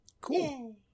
Cool